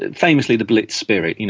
ah famously the blitz spirit, you know,